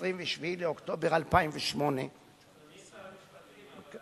27 באוקטובר 2008. אדוני שר המשפטים, אבל